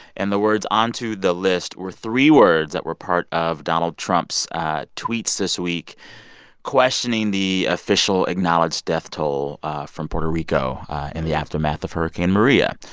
and the words onto the list were three words that were part of donald trump's tweets this week questioning the official acknowledged death toll from puerto rico in the aftermath of hurricane maria.